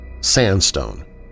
Sandstone